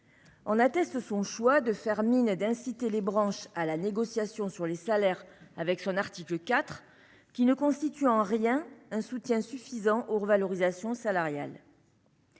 En atteste son choix de faire mine d'inciter les branches à la négociation sur les salaires avec son article 4, qui ne constitue pas, à notre sens, un soutien suffisant aux revalorisations salariales.